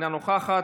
אינה נוכחת,